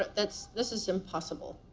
that's, this is impossible.